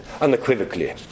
unequivocally